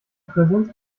präsenz